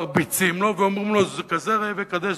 מרביצים לו ואומרים לו: כזה ראה וקדש,